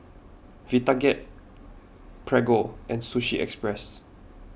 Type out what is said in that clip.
Vitapet Prego and Sushi Express